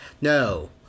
No